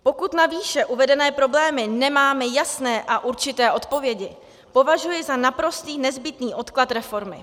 Pokud na výše uvedené problémy nemáme jasné a určité odpovědi, považuji za naprosto nezbytný odklad reformy.